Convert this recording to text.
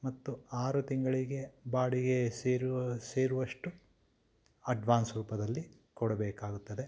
ಮತ್ತು ಆರು ತಿಂಗಳಿಗೆ ಬಾಡಿಗೆ ಸೇರುವ ಸೇರುವಷ್ಟು ಅಡ್ವಾನ್ಸ್ ರೂಪದಲ್ಲಿ ಕೊಡಬೇಕಾಗುತ್ತದೆ